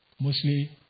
mostly